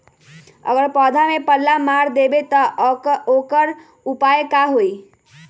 अगर पौधा में पल्ला मार देबे त औकर उपाय का होई?